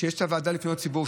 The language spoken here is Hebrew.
יש את הוועדה לפניות הציבור,